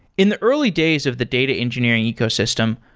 in the early days of the data engineering ecosystem,